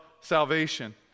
salvation